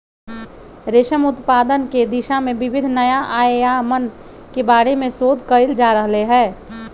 रेशम उत्पादन के दिशा में विविध नया आयामन के बारे में शोध कइल जा रहले है